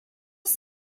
was